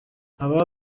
aba